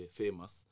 famous